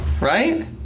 Right